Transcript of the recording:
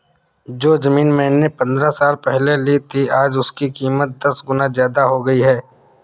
जो जमीन मैंने पंद्रह साल पहले ली थी, आज उसकी कीमत दस गुना जादा हो गई है